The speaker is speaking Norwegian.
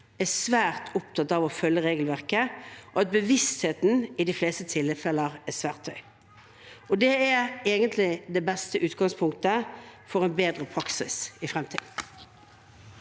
er svært opptatt av å følge regelverket, og at bevisstheten i de fleste tilfeller er svært høy. Det er egentlig det beste utgangspunktet for en bedre praksis i fremtiden.